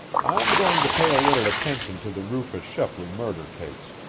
i'm going to pay a little attention to the rufus shepley murder case.